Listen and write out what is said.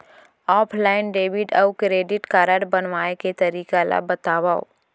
Offline debit अऊ credit card बनवाए के तरीका ल बतावव?